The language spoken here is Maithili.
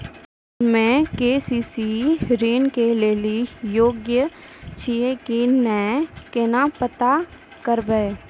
हम्मे के.सी.सी ऋण लेली योग्य छियै की नैय केना पता करबै?